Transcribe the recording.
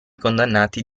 condannati